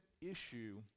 issue